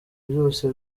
byose